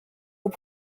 aux